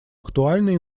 актуальное